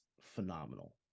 phenomenal